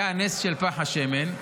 היה הנס של פך השמן,